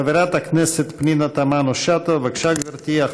חברת הכנסת פנינה תמנו-שטה, בבקשה, גברתי.